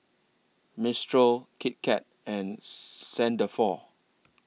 Mistral Kit Kat and Saint Dalfour